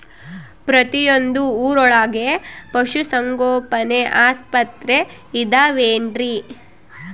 ಪ್ರತಿಯೊಂದು ಊರೊಳಗೆ ಪಶುಸಂಗೋಪನೆ ಆಸ್ಪತ್ರೆ ಅದವೇನ್ರಿ?